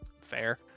Fair